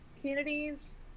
communities